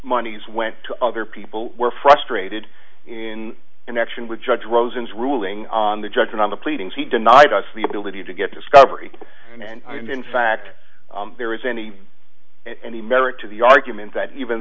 monies went to other people were frustrated in connection with judge rosen's ruling on the jackson on the pleadings he denied us the ability to get discovery and in fact there is any any merit to the argument that even